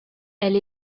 elle